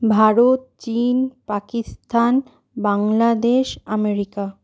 ভারত চীন পাকিস্তান বাংলাদেশ আমেরিকা